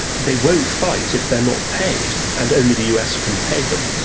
they won't fight if they are not paid, and only the us can pay them.